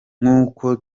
nk’uko